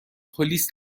پلیس